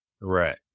Right